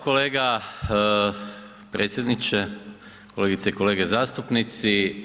Kolega, predsjedniče, kolegice i kolege zastupnici.